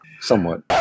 Somewhat